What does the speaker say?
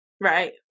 Right